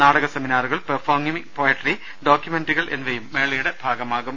നാടക സെമിനാറുകൾ performing poetry ഡോക്യുമെന്ററികൾ എന്നിവയും മേളയുടെ ഭാഗമാകും